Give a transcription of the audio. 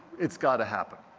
it's gotta happen.